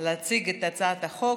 להציג את הצעת החוק,